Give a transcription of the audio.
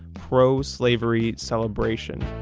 pro-slavery celebration.